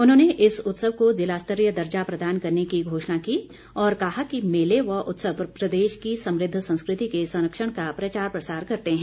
उन्होंने इस उत्सव को जिलास्तरीय दर्जा प्रदान करने की घोषणा की और कहा कि मेले व उत्सव प्रदेश की समृद्ध संस्कृति के संरक्षण का प्रचार प्रसार करते हैं